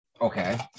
Okay